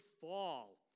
fall